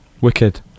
Wicked